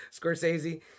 scorsese